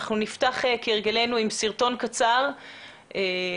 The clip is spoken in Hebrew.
אנחנו נפתח כהרגלנו עם סרטון קצר לטובת